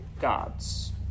God's